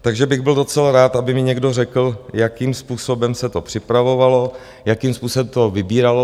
Takže bych byl docela rád, aby mi někdo řekl, jakým způsobem se to připravovalo, jakým způsobem se to vybíralo?